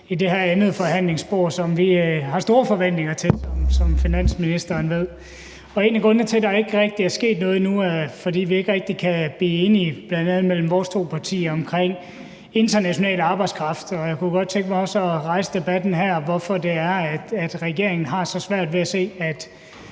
i det her andet forhandlingsspor, som vi har store forventninger til, som finansministeren ved. Og en af grundene til, at der ikke rigtig er sket noget endnu, er, at vi ikke rigtig kan blive enige bl.a. mellem vores to partier om international arbejdskraft. Jeg kunne godt tænke mig at rejse debatten her om, hvorfor det er, at regeringen har så svært ved at se,